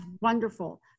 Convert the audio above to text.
wonderful